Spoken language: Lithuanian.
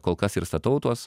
kol kas ir statau tuos